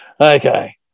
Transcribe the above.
Okay